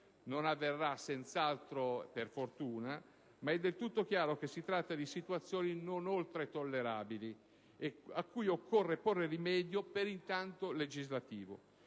Non avverrà senz'altro (per fortuna), ma è del tutto chiaro che si tratta di situazioni non oltre tollerabili a cui occorre porre rimedio, intanto legislativo.